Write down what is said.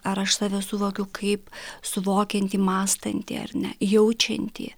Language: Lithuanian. ar aš save suvokiu kaip suvokiantį mąstantį ar ne jaučiantį